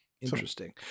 Interesting